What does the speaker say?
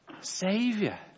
savior